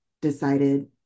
decided